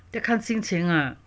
要看心情啊